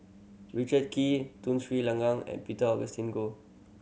Richard Kee Tun Sri Lanang and Peter Augustine Goh